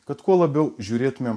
kad kuo labiau žiūrėtumėm